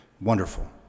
Wonderful